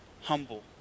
humble